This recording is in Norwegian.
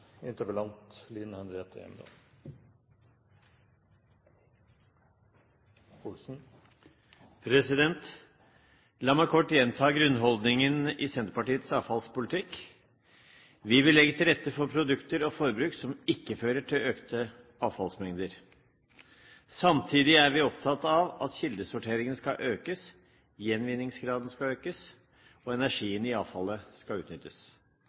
La meg kort gjenta grunnholdningen i Senterpartiets avfallspolitikk: Vi vil legge til rette for produkter og forbruk som ikke fører til økte avfallsmengder. Samtidig er vi opptatt av at kildesorteringen skal økes, at gjenvinningsgraden skal økes, og at energien i avfallet skal utnyttes.